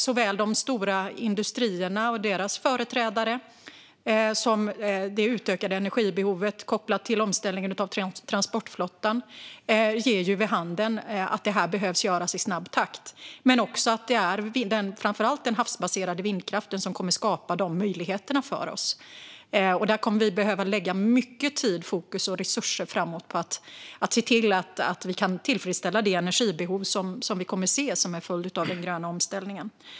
Såväl de stora industrierna och deras företrädare som det ökade energibehovet kopplat till omställningen av transportflottan ger ju vid handen att detta behöver göras i snabb takt - men också att det är framför allt den havsbaserade vindkraften som kommer att skapa de möjligheterna för oss. Vi kommer att behöva lägga mycket tid, fokus och resurser framåt på att se till att vi kan tillfredsställa det energibehov vi kommer att se som en följd av den gröna omställningen.